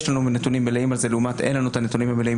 יש לנו נתונים מלאים על זה לעומת זה שאין לנו הנתונים המלאים